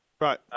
Right